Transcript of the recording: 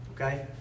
Okay